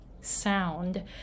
sound